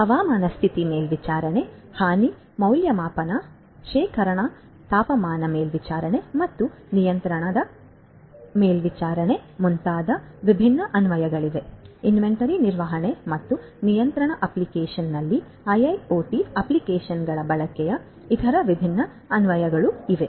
ಹವಾಮಾನ ಸ್ಥಿತಿ ಮೇಲ್ವಿಚಾರಣೆ ಹಾನಿ ಮೌಲ್ಯಮಾಪನ ಶೇಖರಣಾ ತಾಪಮಾನ ಮೇಲ್ವಿಚಾರಣೆ ಮತ್ತು ನಿಯಂತ್ರಣ ಮುಂತಾದ ಇತರ ವಿಭಿನ್ನ ಅನ್ವಯಿಕೆಗಳಿವೆ ಇನ್ವೆಂಟರಿ ನಿರ್ವಹಣೆ ಮತ್ತು ನಿಯಂತ್ರಣ ಅಪ್ಲಿಕೇಶನ್ನಲ್ಲಿ ಐಐಒಟಿ ಅಪ್ಲಿಕೇಶನ್ಗಳ ಬಳಕೆಯ ಇತರ ವಿಭಿನ್ನ ಅನ್ವಯಿಕೆಗಳು ಇವು